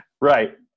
right